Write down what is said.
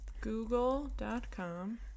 Google.com